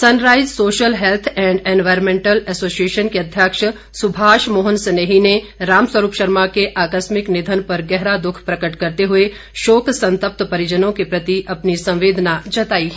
sunrise Social Health and Environmental Association के अध्यक्ष सुभाष मोहन स्नेही ने रामस्वरूप शर्मा के आकस्मिक निधन पर गहरा दुख प्रकट करते हुए शोक संतप्त परिजनों के प्रति अपनी संवेदना जताई है